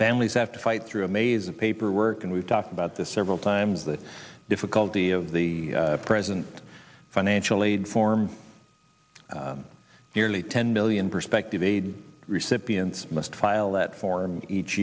families have to fight through a maze of paperwork and we've talked about this several times the difficulty of the present financial aid form nearly ten million perspective aid recipients must file that form each